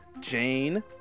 Jane